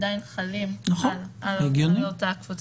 עדיין חלות על אותה קבוצה.